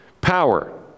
power